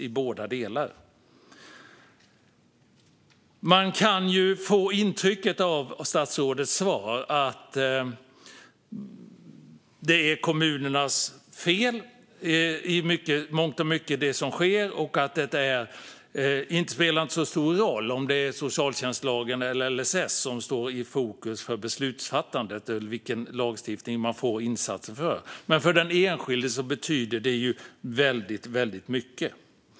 Av statsrådets svar kan man få intrycket att det som sker i mångt och mycket är kommunernas fel och att det inte spelar så stor roll om det är socialtjänstlagen eller LSS som ligger till grund för de insatser som beviljas. Men för den enskilde betyder det väldigt mycket.